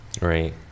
right